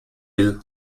bill